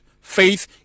faith